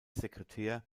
sekretär